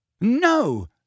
No